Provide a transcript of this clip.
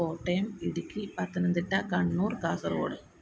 Kottayam Idukki Pathanamthitta Kannur Kasaragod